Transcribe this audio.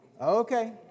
Okay